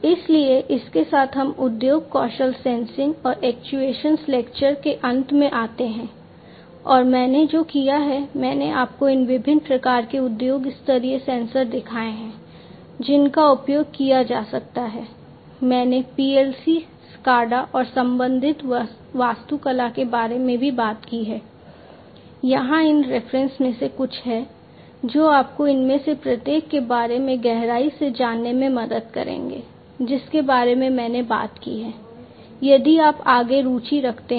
इसलिए इसके साथ हम उद्योग कौशल सेंसिंग में से कुछ हैं जो आपको इनमें से प्रत्येक के बारे में गहराई से जानने में मदद करेंगे जिसके बारे में मैंने बात की है यदि आप आगे रुचि रखते हैं